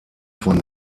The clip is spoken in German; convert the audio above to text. von